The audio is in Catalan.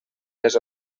les